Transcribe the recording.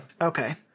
Okay